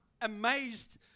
amazed